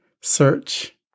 search